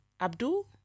Abdul